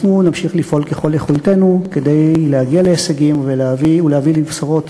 אנחנו נמשיך לפעול ככל יכולתנו כדי להגיע להישגים ולהביא בשורות